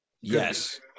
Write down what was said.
Yes